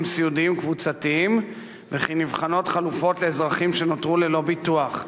סיעודיים קבוצתיים ונבחנות חלופות לאזרחים שנותרו ללא ביטוח.